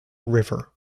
river